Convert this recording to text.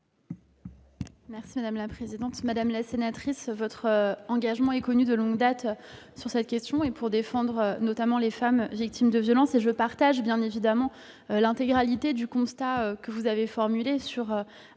l'avis du Gouvernement ? Madame la sénatrice, votre engagement est connu de longue date sur cette question de la défense des femmes victimes de violences. Je partage bien évidemment l'intégralité du constat que vous avez formulé,